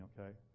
okay